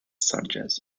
sanchez